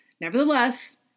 Nevertheless